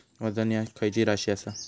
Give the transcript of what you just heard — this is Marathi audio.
वजन ह्या खैची राशी असा?